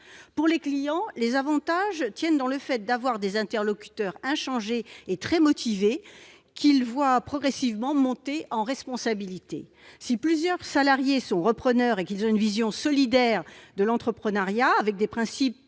Pour les clients, les avantages tiennent au fait d'avoir des interlocuteurs inchangés et très motivés, qu'ils voient progressivement monter en responsabilité. Si plusieurs salariés sont repreneurs et ont une vision solidaire de l'entrepreneuriat, avec des principes